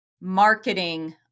marketing